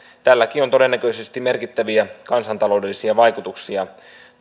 tälläkin on todennäköisesti merkittäviä kansantaloudellisia vaikutuksia